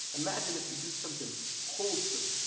imagine if you do something wholesome.